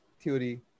Theory